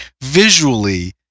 visually